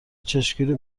چشمگیری